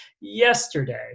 yesterday